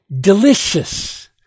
delicious